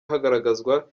hagaragazwa